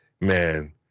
man